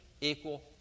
Equal